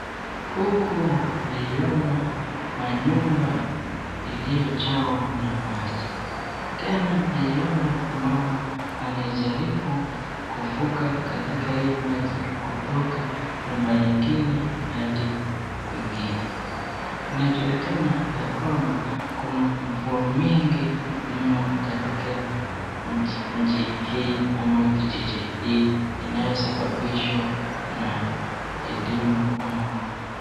Huku naiona manyumba iliyojawa na maji. Tena naiona mama anaijaribu kuvuka katika hii maji kutoka nyumba nyingine hadi kwingine. Inajulikana ya kwamba kuna mvua mingi mno katika nchi hii ama kijiji hii inayosababishwa na elimu ama.